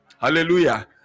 Hallelujah